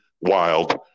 wild